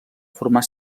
formar